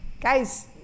Guys